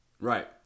right